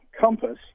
compass